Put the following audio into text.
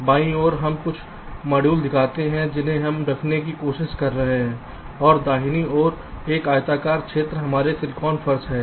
बाईं ओर हम कुछ मॉड्यूल दिखाते हैं जिन्हें हम रखने की कोशिश कर रहे हैं और दाईं ओर यह आयताकार क्षेत्र हमारे सिलिकॉन फर्श है